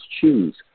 choose